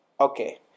Okay